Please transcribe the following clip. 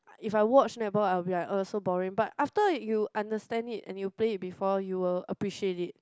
if I watch netball I will be like ugh so boring but after you understand it and you play it before you will appreciate it